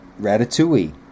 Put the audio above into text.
Ratatouille